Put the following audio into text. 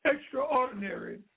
extraordinary